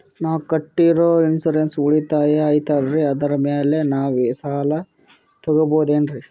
ನಾವು ಕಟ್ಟಿರೋ ಇನ್ಸೂರೆನ್ಸ್ ಉಳಿತಾಯ ಐತಾಲ್ರಿ ಅದರ ಮೇಲೆ ನಾವು ಸಾಲ ತಗೋಬಹುದೇನ್ರಿ?